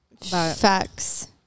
facts